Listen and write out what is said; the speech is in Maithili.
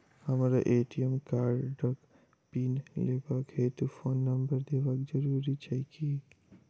हमरा ए.टी.एम कार्डक पिन लेबाक हेतु फोन नम्बर देबाक जरूरी छै की?